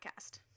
podcast